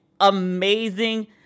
amazing